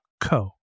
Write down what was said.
co